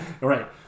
Right